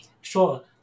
Sure